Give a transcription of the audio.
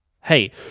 hey